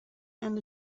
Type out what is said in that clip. and